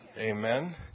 Amen